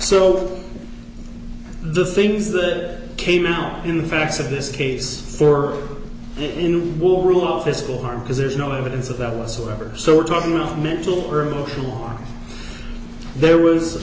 so the things that came out in the facts of this case for him will rule on physical harm because there's no evidence of that whatsoever so we're talking about mental or emotional there was